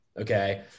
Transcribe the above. okay